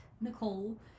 Nicole